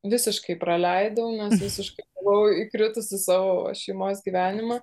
visiškai praleidau na visiškai buvau įkritusi į savo šeimos gyvenimą